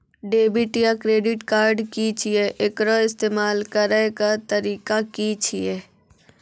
Debit या credit card की छियै? एकर इस्तेमाल करैक तरीका की छियै?